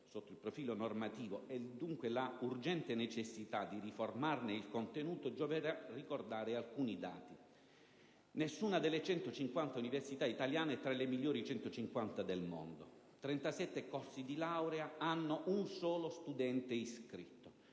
sistema normativo vigente e dunque l'urgente necessità di riformarne il contenuto gioverà ricordare alcuni dati: nessuna delle 150 università italiane è tra le migliori 150 del mondo; 37 corsi di laurea hanno un solo studente iscritto;